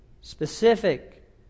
specific